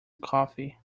coffee